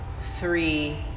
three